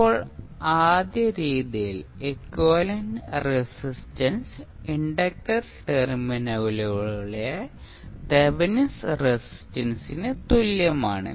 ഇപ്പോൾ ആദ്യ രീതിയിൽ എക്വിവാലെന്റ് റെസിസ്റ്റൻസ് ഇൻഡക്റ്റർ ടെർമിനലുകളിലെ തെവെനിൻ റെസിസ്റ്റൻസിന് തുല്യമാണ്